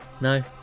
No